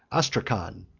astracan,